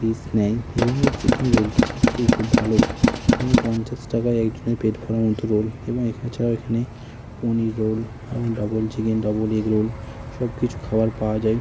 piece নেয় এবং এই চিকেন রোলটি সত্যিই খুব ভালো এবং পঞ্চাশ টাকায় একজনের পেট ভরার মতো রোল এবং এখানে চাও এখানে paneer roll double chicken double egg roll সব কিছু খাবার পাওয়া যায়